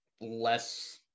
less